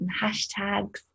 hashtags